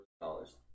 dollars